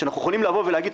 שאנחנו יכולים לבוא ולהגיד,